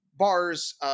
Bars